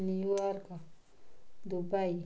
New York Dubai